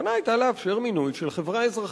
הכוונה היתה לאפשר מינוי של חברה אזרחית.